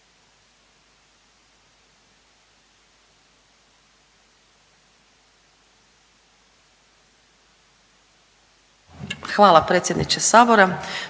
Hvala predsjedniče sabora.